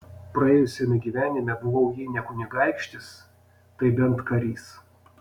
praėjusiame gyvenime buvau jei ne kunigaikštis tai bent karys